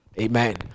Amen